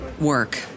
work